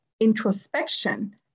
introspection